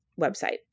website